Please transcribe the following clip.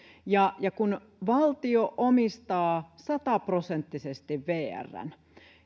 kun valtio omistaa sata prosenttisesti vrn